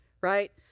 right